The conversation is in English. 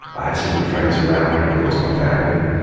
i had some good friends around me and of course my family.